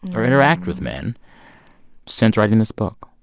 or interact with men since writing this book?